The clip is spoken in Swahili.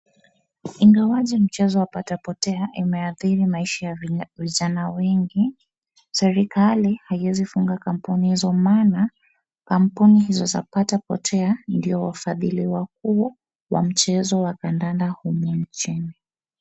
Ingawaje mchezo wa patapotea imeathiri maisha ya vijana wengi, serikali haiwezi funga kampuni hizo maana kampuni hizo za patapotea ndio wafadhili wakuu wa mchezo wa kandanda humu nchini.